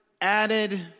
added